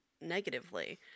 negatively